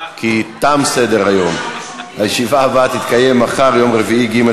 התשע"ו 2016, נתקבל.